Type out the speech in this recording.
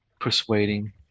persuading